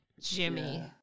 Jimmy